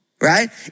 right